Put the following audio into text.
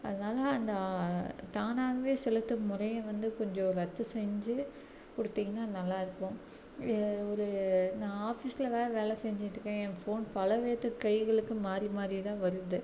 அதனால அந்த தானாகவே செலுத்தும் முறையை வந்து கொஞ்சம் ரத்து செஞ்சி கொடுத்தீங்கன்னா நல்லா இருக்கும் ஒரு நான் ஆஃபீஸ்ல வேற வேலை செஞ்சிட்டிருக்கேன் என் ஃபோன் பல பேர்த்துக்கு கைகளுக்கு மாறி மாறி தான் வருது